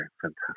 Fantastic